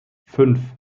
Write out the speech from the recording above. fünf